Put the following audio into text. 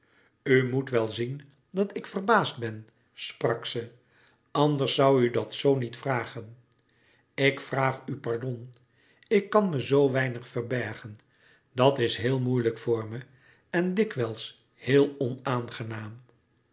moet wel zien dat ik verbaasd ben sprak ze anders zoû u dat zoo niet vragen ik vraag u pardon ik kan me zoo weinig verbergen dat is heel moeilijk voor me en dikwijls heel onaangenaam